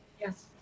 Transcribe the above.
Yes